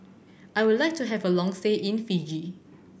I would like to have a long stay in Fiji